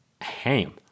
ham